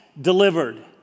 delivered